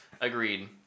Agreed